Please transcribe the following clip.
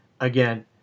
Again